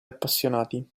appassionati